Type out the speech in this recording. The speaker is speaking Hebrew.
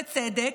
בצדק,